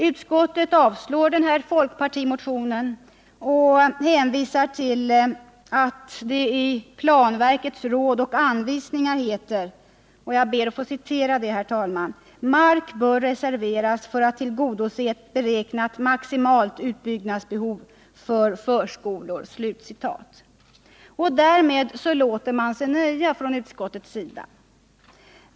Utskottet avstyrker folkpartimotionen och hänvisar till att det i planverkets råd och anvisningar heter: ”Mark bör reserveras för att tillgodose ett beräknat maximalt utbyggnadsbehov för förskolor.” Därmed låter man sig nöja från utskottets sida.